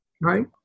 Right